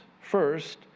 First